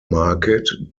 market